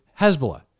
Hezbollah